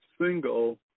single